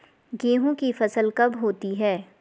गेहूँ की फसल कब होती है?